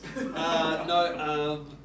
No